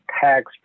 tax